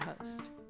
host